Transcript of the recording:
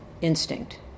instinct